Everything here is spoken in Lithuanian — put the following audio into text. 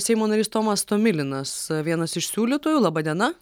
seimo narys tomas tomilinas vienas iš siūlytojų laba diena